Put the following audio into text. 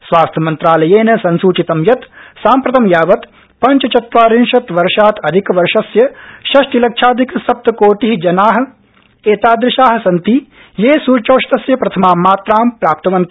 स्वास्थ्य मन्त्रालयेन संसूचितं यत् साम्प्रतं यावत् पञ्चत्वारिंशत्वर्षात् अधिकवर्षस्य षष्टिलक्षाधिक सप्तकोटि जना एतादृशा सन्ति ये सूच्यौषधस्य प्रथमां मात्रां प्राप्तवन्त